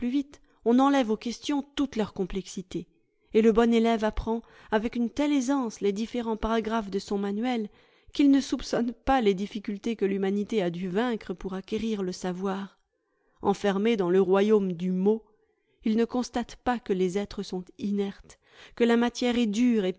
on enlève aux questions toute leur complexité et le bon élève apprend avec une telle aisance les différents paragraphes de son manuel qu'il ne soupçonne pas les difficultés que l'humanité a dû vaincre pour acquérir le savoir enfermé dans le royaume du mot il ne constate pas que les êtres sont inertes que la matière est dure